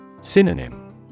Synonym